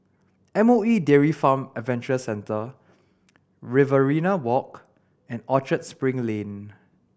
M O E Dairy Farm Adventure Centre Riverina Walk and Orchard Spring Lane